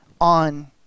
on